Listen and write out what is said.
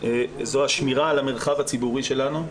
השמירה על המרחב הציבורי שלנו,